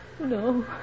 No